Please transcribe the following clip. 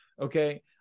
Okay